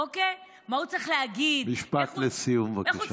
אוקיי, מה הוא צריך להגיד, משפט לסיום, בבקשה.